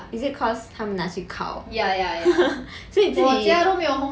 is it cause 他们拿去烤 ha ha ha so 你自己